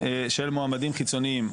של מועמדים חיצוניים.